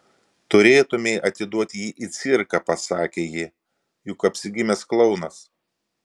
turėtumei atiduoti jį į cirką pasakė ji juk apsigimęs klounas